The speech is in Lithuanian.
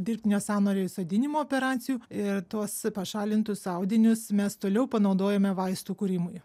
dirbtinio sąnario įsodinimo operacijų ir tuos pašalintus audinius mes toliau panaudojome vaistų kūrimui